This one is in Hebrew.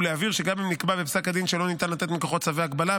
ולהבהיר שגם אם נקבע בפסק הדין שלא ניתן לתת מכוחו צווי הגבלה,